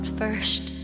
first